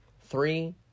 Three